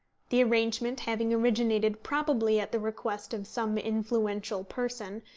the arrangement having originated probably at the request of some influential person,